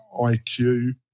IQ